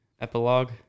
Epilogue